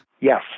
Yes